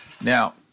Now